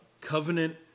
covenant